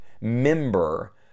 member